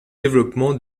développement